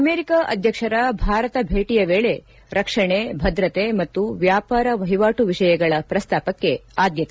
America ಅಧ್ಯಕ್ಷರ ಭಾರತ ಭೇಟಿಯ ವೇಳೆ ರಕ್ಷಣೆ ಭದ್ರತೆ ಮತ್ತು ವ್ಯಾಪಾರ ವಹಿವಾಟು ವಿಷಯಗಳ ಪ್ರಸ್ತಾಪಕ್ಕೆ ಆದ್ಯತೆ